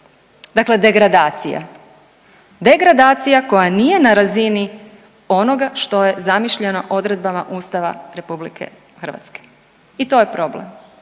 Dakle, degradacija. Degradacija koja nije na razini onoga što je zamišljeno odredbama Ustava RH. I to je problem.